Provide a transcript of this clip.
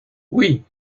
oui